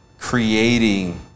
creating